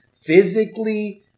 physically